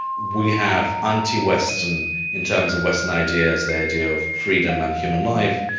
we have anti-western in terms of western ideas, the idea of freedom and human life,